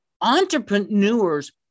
entrepreneurs